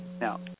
Now